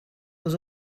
was